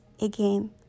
again